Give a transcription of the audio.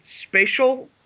spatial